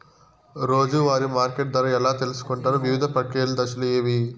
రోజూ వారి మార్కెట్ ధర ఎలా తెలుసుకొంటారు వివిధ ప్రక్రియలు దశలు ఏవి?